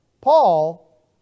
Paul